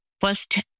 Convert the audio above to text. first